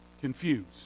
confused